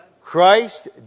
Christ